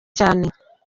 cyane